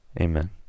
Amen